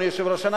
אדוני היושב-ראש,